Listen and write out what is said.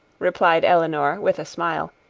replied elinor, with a smile,